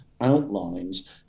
outlines